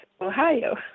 Ohio